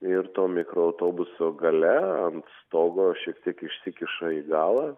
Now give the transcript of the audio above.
ir to mikroautobuso gale ant stogo šiek tiek išsikiša į galą